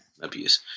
abuse